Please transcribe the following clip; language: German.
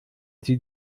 sie